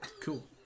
Cool